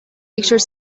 picture